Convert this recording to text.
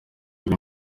muri